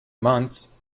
months